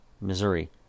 Missouri